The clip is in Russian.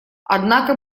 однако